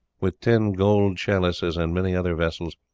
with ten gold chalices, and many other vessels,